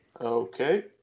Okay